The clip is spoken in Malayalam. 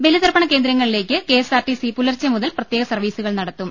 ബലിതർപ്പണ കേന്ദ്രങ്ങളിലേക്ക് കെഎസ്ആർടിസി പുലർച്ചെ മുതൽ പ്രത്യേക സർവ്വീസുകൾ നടത്തും